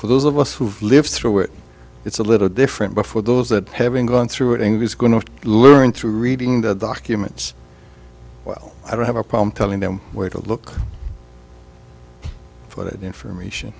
for those of us who've lived through it it's a little different but for those that having gone through it and it is going to learn through reading the documents well i don't have a problem telling them where to look for that information